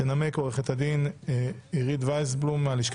תנמק עורכת הדין עירית וייסבלום מהלשכה